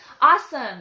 Awesome